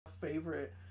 favorite